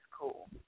cool